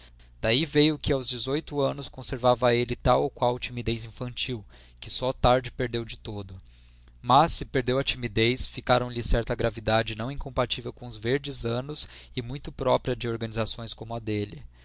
daí veio que aos dezoito anos conservava ele tal ou qual timidez infantil que só tarde perdeu de todo mas se perdeu a timidez ficara-lhe certa gravidade não incompatível com os verdes anos e muito própria de organizações como a dele